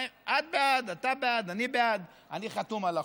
את בעד, אתה בעד, אני בעד, אני חתום על החוק.